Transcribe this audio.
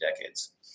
decades